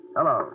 Hello